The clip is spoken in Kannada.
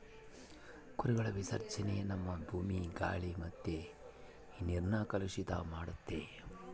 ಕುರಿಗಳ ವಿಸರ್ಜನೇನ ನಮ್ಮ ಭೂಮಿ, ಗಾಳಿ ಮತ್ತೆ ನೀರ್ನ ಕಲುಷಿತ ಮಾಡ್ತತೆ